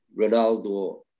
Ronaldo